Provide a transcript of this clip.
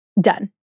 done